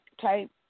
type